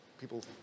people